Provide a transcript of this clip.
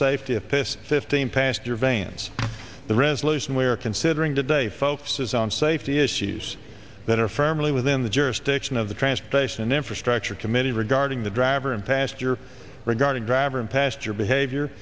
safety if this fifteen past your veins the resolution we are considering today focuses on safety issues that are firmly within the jurisdiction of the transportation and infrastructure committee regarding the driver and past your regarding driver and past your behavior